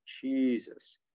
Jesus